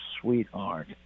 sweetheart